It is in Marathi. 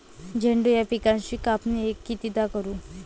झेंडू या पिकाची कापनी कितीदा करू?